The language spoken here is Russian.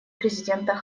президента